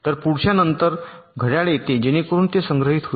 तर पुढच्या नंतर घड्याळ येते जेणेकरून ते संग्रहित होईल